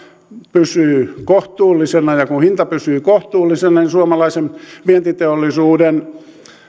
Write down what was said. pysyy kohtuullisena ja kun hinta pysyy kohtuullisena niin suomalaisen vientiteollisuuden